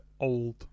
old